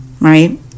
right